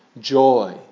joy